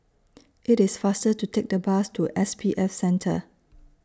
IT IS faster to Take The Bus to S P F Center